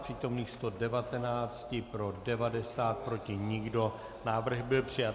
Z přítomných 119 pro 90, proti nikdo, návrh byl přijat.